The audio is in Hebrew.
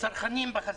הצרכנים בחזית.